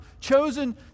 Chosen